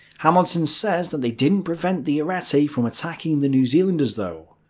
hamilton says that they didn't prevent the ariete from attacking the new zealanders though,